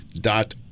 dot